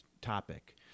topic